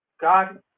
God